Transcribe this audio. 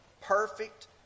perfect